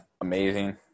amazing